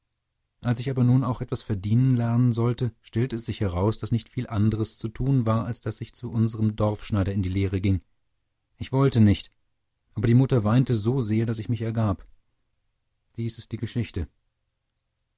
als ich aber nun auch etwas verdienen lernen sollte stellte es sich heraus daß nicht viel anderes zu tun war als daß ich zu unserm dorfschneider in die lehre ging ich wollte nicht aber die mutter weinte so sehr daß ich mich ergab dies ist die geschichte